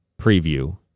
preview